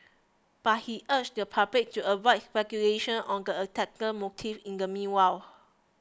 but he urged the public to avoid speculation on the attacker's motives in the meanwhile